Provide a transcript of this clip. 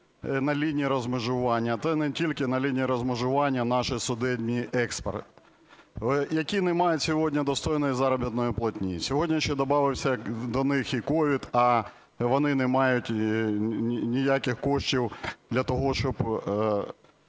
на лінії розмежування, та й не тільки на лінії розмежування наші судмедексперти, які не мають сьогодні достойної заробітної платні. Сьогодні ще добавився до них і COVID, а вони не мають ніяких коштів для того, щоб